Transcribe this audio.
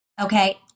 Okay